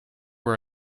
are